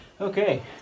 Okay